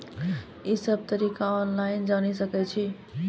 ई सब तरीका ऑनलाइन जानि सकैत छी?